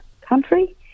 country